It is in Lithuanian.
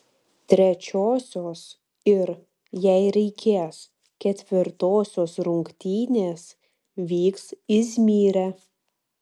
trečiosios ir jei reikės ketvirtosios rungtynės vyks izmyre